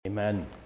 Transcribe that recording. amen